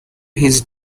his